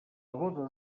boda